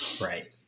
Right